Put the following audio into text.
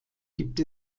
gibt